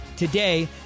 Today